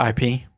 IP